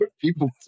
People